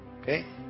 Okay